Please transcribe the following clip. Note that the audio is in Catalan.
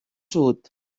sud